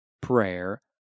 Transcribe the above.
prayer